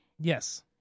Yes